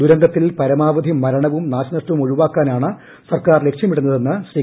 ദുരന്തത്തിൽ പരമാവധി മരണവും നാശനഷ്ടവും ഒഴിവാക്കാനാണ് സർക്കാർ ലക്ഷ്യമിടുന്നതെന്ന് ശ്രീ